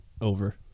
Over